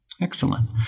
excellent